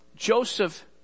Joseph